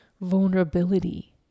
vulnerability